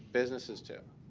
businesses, too.